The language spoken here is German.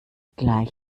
gleich